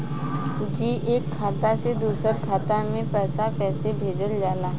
जी एक खाता से दूसर खाता में पैसा कइसे भेजल जाला?